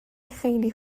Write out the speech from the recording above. خیلی